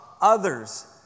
others